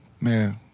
Man